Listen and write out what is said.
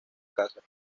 caza